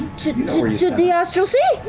to the astral sea.